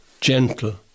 gentle